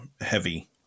heavy